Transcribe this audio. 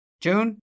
June